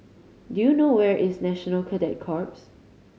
do you know where is National Cadet Corps